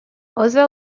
other